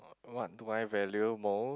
uh what do I value most